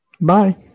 Bye